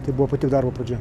tai buvo pati darbo pradžia